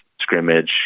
scrimmage